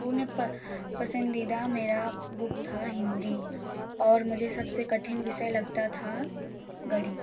उन्हें प पसंदीदा मेरा बुक था हिंदी और मुझे सबसे कठिन विषय लगता था गणित